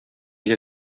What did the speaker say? que